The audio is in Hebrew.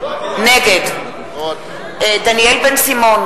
נגד דניאל בן-סימון,